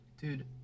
Dude